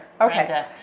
Okay